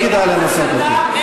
לא, הוא התחיל בשקר, המילה "שלום".